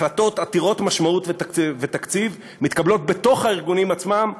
החלטות עתירות משמעות ותקציב מתקבלות בתוך הארגונים עצמם,